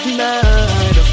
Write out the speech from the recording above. night